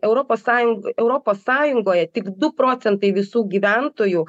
europos sąjung europos sąjungoje tik du procentai visų gyventojų